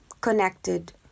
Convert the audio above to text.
connected